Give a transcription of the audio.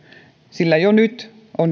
sillä jo nyt on